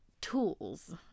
tools